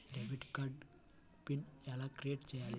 Debit card PIN ఎలా create చెయ్యాలి?